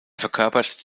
verkörpert